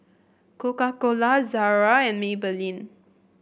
Coca Cola Zara and Maybelline